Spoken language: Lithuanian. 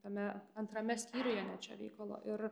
tame antrame skyriuje net šio veikalo ir